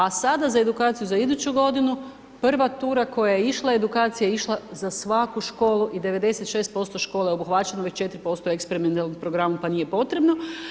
A sada za edukaciju za iduću godinu prva tura koja je išla edukacija je išla za svaku školu i 96% škola je obuhvaćeno već 4% u eksperimentalnom programu pa nije potrebno.